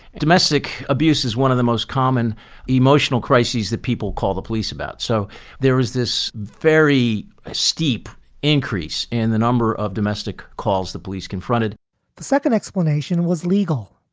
domestic abuse is one of the most common emotional crises that people call the police about. so there is this very steep increase in the number of domestic calls the police confronted the second explanation was legal.